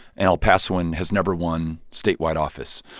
an el pasoan has never won statewide office.